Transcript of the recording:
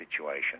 situation